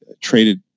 traded